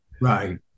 right